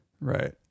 Right